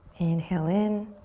inhale in.